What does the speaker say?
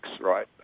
right